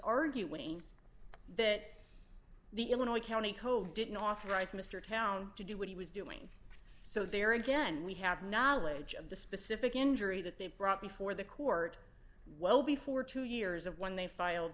arguing that the illinois county code didn't authorize mr town to do what he was doing so there again we have knowledge of the specific injury that they brought before the court well before two years of when they filed